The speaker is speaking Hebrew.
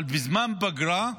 אבל בזמן פגרה,